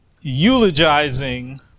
eulogizing